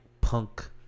punk